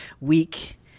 week